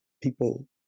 people